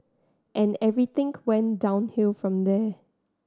and everything went downhill from there